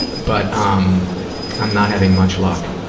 and but um i'm not having much luck.